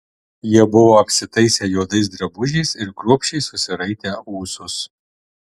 jie buvo apsitaisę juodais drabužiais ir kruopščiai susiraitę ūsus